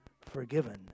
forgiven